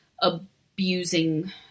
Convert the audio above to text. abusing